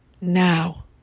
now